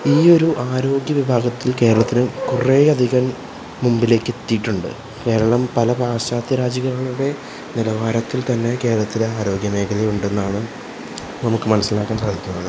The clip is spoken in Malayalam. ഈ ഒരു ആരോഗ്യ വിഭാഗത്തിൽ കേരളത്തിനും കുറേ അധികം മുമ്പിലേക്ക് എത്തിയിട്ടുണ്ട് കേരളം പല പാശ്ചാത്യ രാജ്യങ്ങളുടെ നിലവാരത്തിൽ തന്നെ കേരളത്തിൽ ആരോഗ്യ മേഖല ഉണ്ടെന്നാണ് നമുക്ക് മനസ്സിലാക്കാൻ സാധിക്കുന്നത്